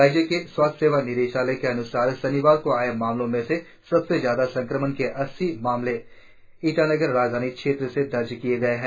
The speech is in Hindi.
राज्य के स्वास्थ्य सेवा निदेशालय के अन्सार शनिवार को आए मामलों में से सबसे ज्यादा संक्रमण के अस्सी मामले ईटानगर राजधानी क्षेत्र से दर्ज किए गए हैं